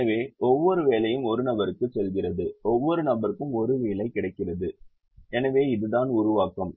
எனவே ஒவ்வொரு வேலையும் ஒரு நபருக்குச் செல்கிறது ஒவ்வொரு நபருக்கும் ஒரு வேலை கிடைக்கிறது எனவே இதுதான் உருவாக்கம்